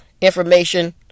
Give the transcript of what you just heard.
information